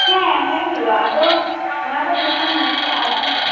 ᱦᱮᱸ ᱦᱮᱸ ᱦᱮᱡ ᱦᱩᱭᱩᱜᱼᱟ ᱟᱫᱚ ᱚᱱᱟ ᱫᱚᱢ ᱡᱚᱠᱷᱚᱱᱮᱢ ᱢᱮᱱᱠᱟᱫᱟ ᱟᱭᱯᱷᱳᱱ